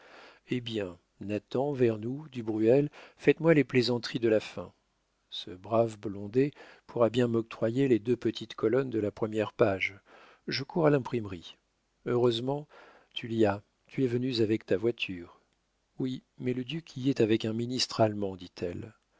eh bien nathan vernou du bruel faites-moi les plaisanteries de la fin ce brave blondet pourra bien m'octroyer les deux petites colonnes de la première page je cours à l'imprimerie heureusement tullia tu es venue avec ta voiture oui mais le duc y est avec un ministre allemand dit-elle